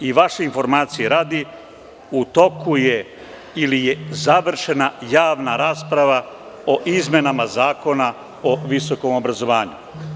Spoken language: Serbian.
Vaše informacije radi, u toku je ili je završena javna rasprava o izmenama Zakona o visokom obrazovanju.